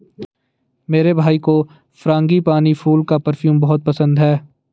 मेरे भाई को फ्रांगीपानी फूल का परफ्यूम बहुत पसंद है